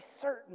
certain